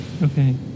Okay